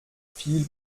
viel